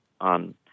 on